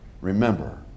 Remember